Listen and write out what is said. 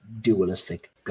dualistic